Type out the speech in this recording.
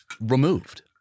removed